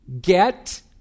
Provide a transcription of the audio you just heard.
Get